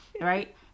right